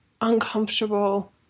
uncomfortable